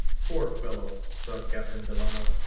poor fellow, thought captain delano,